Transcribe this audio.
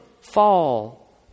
fall